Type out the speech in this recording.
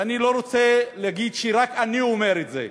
ואני לא רוצה להגיד שרק אני אומר את זה.